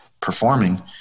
performing